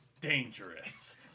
dangerous